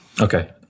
Okay